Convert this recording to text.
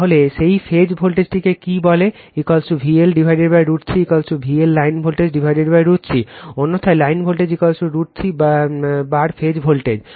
তাহলে সেই ফেজ ভোল্টেজকে কি বলে VL √ 3 VL লাইন ভোল্টেজ √ 3 অন্যথায় লাইন ভোল্টেজ √ 3 বার ফেজ ভোল্টেজ